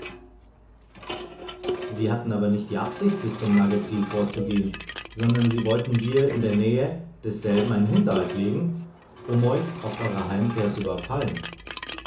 sie hatten aber nicht die absicht bis zum nugget tsil vorzugehen sondern sie wollten dir in der nähe desselben einen hinterhalt legen um euch auf eurer heimkehr zu überfallen